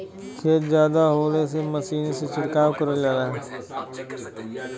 खेत जादा होले से मसीनी से छिड़काव करल जाला